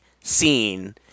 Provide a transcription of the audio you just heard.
scene